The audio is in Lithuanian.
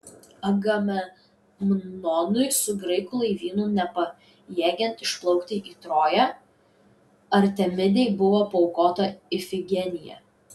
agamemnonui su graikų laivynu nepajėgiant išplaukti į troją artemidei buvo paaukota ifigenija